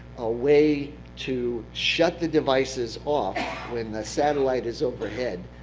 a way to shut the devices ah when the satellite is overhead,